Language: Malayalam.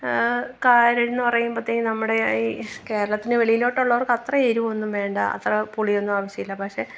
കാരന് എന്നു പറയുമ്പോഴത്തേന് നമ്മുടെ ഈ കേരളത്തിന് വെളിയിലോട്ടുള്ളോര്ക്കത്ര എരിവൊന്നും വേണ്ട അത്ര പുളിയൊന്നും ആവശ്യമല്ല പക്ഷെ